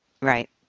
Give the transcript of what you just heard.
Right